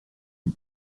une